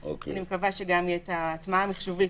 אני מקווה שגם תהיה ההטמעה המחשובית.